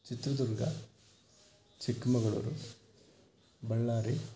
Chitradurga Chikkamagaluru Ballari